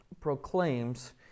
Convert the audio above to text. proclaims